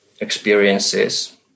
experiences